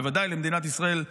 בוודאי למדינת ישראל,